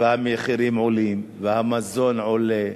והמחירים עולים והמזון מתייקר,